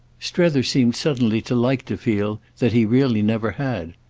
strether seemed suddenly to like to feel that he really never had.